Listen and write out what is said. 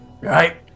right